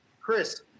Chris